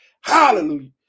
Hallelujah